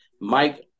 Mike